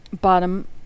bottom